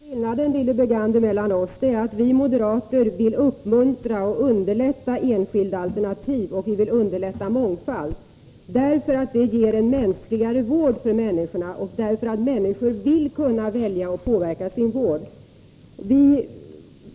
Herr talman! Skillnaden, Lilly Bergander, mellan socialdemokrater och moderater är att vi moderater vill uppmuntra och underlätta enskilda alternativ, och vi vill underlätta mångfald, därför att det ger en mänskligare vård för människorna och därför att människorna vill kunna välja och påverka sin vård.